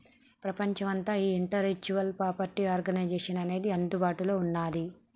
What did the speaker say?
ప్రపంచమంతా ఈ intellectual property organisation అనేది అందుబాటులో ఉన్నది